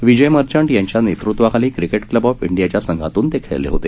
विजय मर्घट यांच्या नेतृत्वाखाली cricket club of इंडीयाच्या संघातून ते खेळले होते